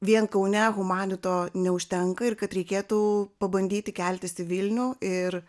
vien kaune humanito neužtenka ir kad reikėtų pabandyti keltis į vilnių ir